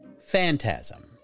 Phantasm